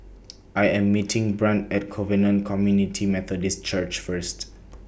I Am meeting Brant At Covenant Community Methodist Church First